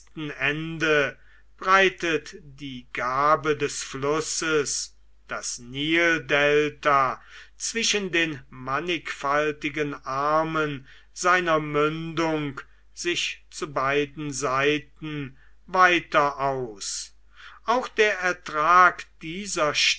breitet die gabe des flusses das nildelta zwischen den mannigfaltigen armen seiner mündung sich zu beiden seiten weiter aus auch der ertrag dieser